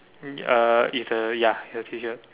um uh it's a ya it's a tee shirt